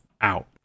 out